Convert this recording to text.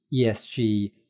ESG